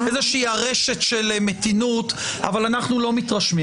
איזה ארשת של מתינות, אבל אנחנו לא מתרשמים.